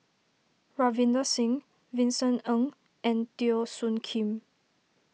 Ravinder Singh Vincent Ng and Teo Soon Kim